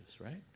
right